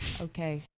Okay